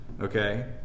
Okay